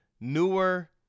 newer